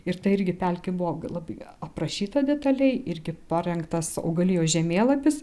ir ta irgi pelkė buvo labai aprašyta detaliai irgi parengtas augalijos žemėlapis